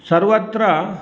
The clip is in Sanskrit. सर्वत्र